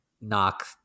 knock